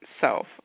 self